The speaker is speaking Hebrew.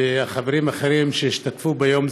וחברים אחרים שהשתתפו בו.